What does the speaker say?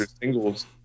singles